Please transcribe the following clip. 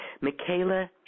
Michaela